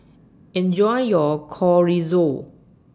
Enjoy your Chorizo